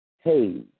hey